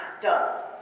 done